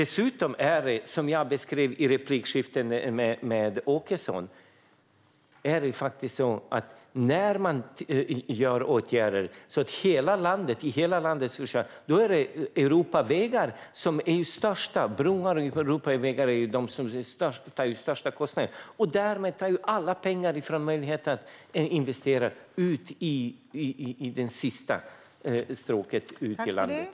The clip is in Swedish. Som jag beskrev i replikskiftet med Anders Åkesson är det faktiskt så att när man vidtar åtgärder i hela landet är det Europavägar och broar som innebär de största kostnaderna. Därmed tas alla pengar från möjligheten att investera i det sista stråket ute i landet.